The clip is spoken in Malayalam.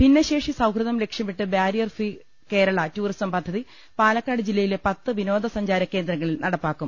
ഭിന്നശേഷി സൌഹൃദം ലക്ഷ്യമിട്ട് ബാരിയർ ഫ്രീ കേരള ടൂറിസം പദ്ധതി പാലക്കാട് ജില്ലയിലെ പത്ത് വിനോദസഞ്ചാര കേന്ദ്രങ്ങളിൽ നടപ്പാക്കും